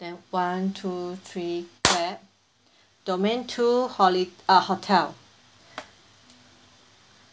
then one two three clap domain two holi~ uh hotel